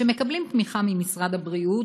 שמקבלים תמיכה ממשרד-הבריאות,